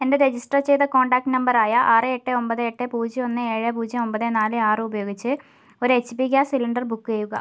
എൻ്റെ രജിസ്റ്റർ ചെയ്ത കോൺടാക്റ്റ് നമ്പറായ ആറ് എട്ട് ഒമ്പത് എട്ട് പൂജ്യം ഒന്ന് ഏഴ് പൂജ്യം ഒമ്പത് നാല് ആറ് ഉപയോഗിച്ച് ഒരു H P gas cylinder book ചെയ്യുക